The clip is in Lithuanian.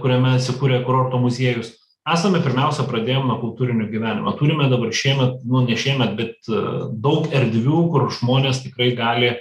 kuriame įsikūrė kurorto muziejus esame pirmiausia pradėjome kultūrinį gyvenimą turime dabar šiemet nu ne šiemet bet daug erdvių kur žmonės tikrai gali